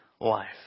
life